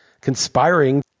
conspiring